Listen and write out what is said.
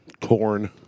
Corn